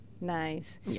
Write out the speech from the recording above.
Nice